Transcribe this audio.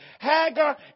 Hagar